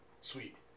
Sweet